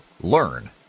Learn